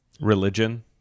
religion